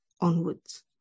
onwards